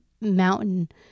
mountain